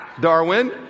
darwin